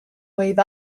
wave